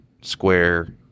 square